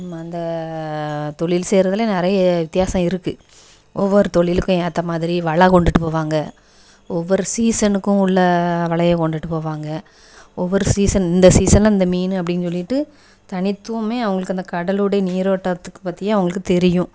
அந்த தொழில் செய்கிறதுலையும் நிறைய வித்தியாசம் இருக்குது ஒவ்வொரு தொழிலுக்கும் ஏற்ற மாதிரி வலை கொண்டுட்டு போவாங்க ஒவ்வொர் சீசனுக்கும் உள்ளே வலையை கொண்டுட்டு போவாங்க ஒவ்வொர் சீசன் இந்த சீசனில் இந்த மீன் அப்படினு சொல்லிட்டு தனித்துவம் அவங்களுக்கு அந்த கடல் உடையை நீரோட்டத்துக்கு பற்றியும் அவங்களுக்கு தெரியும்